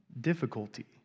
Difficulty